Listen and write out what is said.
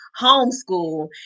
homeschool